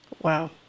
Wow